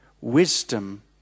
Wisdom